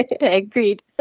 agreed